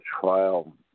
trial